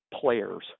players